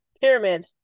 Pyramid